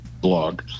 blog